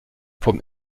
vom